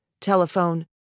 Telephone